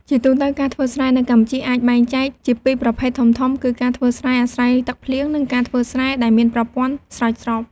ជាទូទៅ ការធ្វើស្រែនៅកម្ពុជាអាចបែងចែកជាពីរប្រភេទធំៗ គឺការធ្វើស្រែអាស្រ័យទឹកភ្លៀង និងការធ្វើស្រែដែលមានប្រព័ន្ធស្រោចស្រព។